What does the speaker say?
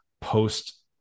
post